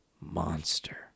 monster